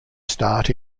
start